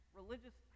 religious